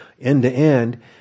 end-to-end